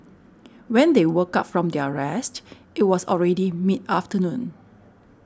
when they woke up from their rest it was already mid afternoon